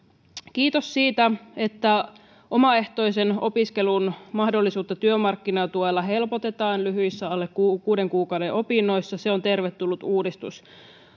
kiitos siitä että omaehtoisen opiskelun mahdollisuutta työmarkkinatuella helpotetaan lyhyissä alle kuuden kuukauden opinnoissa se on tervetullut uudistus